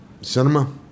cinema